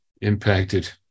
impacted